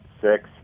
six